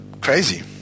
crazy